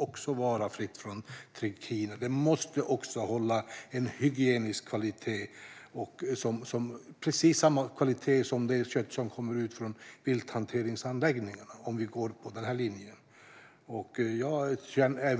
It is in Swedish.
Om vi går på den här linjen måste det också hålla en hygienisk kvalitet, precis samma kvalitet som det kött som kommer från vilthanteringsanläggningarna. Jag håller med